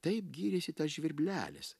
taip gyrėsi tas žvirblelis